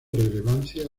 relevancia